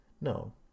No